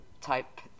type